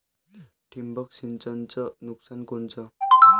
ठिबक सिंचनचं नुकसान कोनचं?